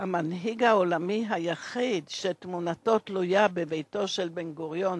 שהמנהיג העולמי היחיד שתמונתו תלויה בביתו של בן-גוריון